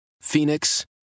Phoenix